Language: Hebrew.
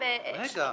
רגע.